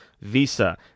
Visa